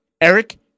Eric